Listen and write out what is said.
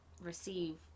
receive